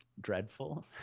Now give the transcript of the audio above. dreadful